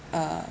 uh